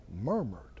murmured